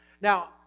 Now